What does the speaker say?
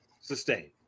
sustain